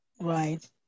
Right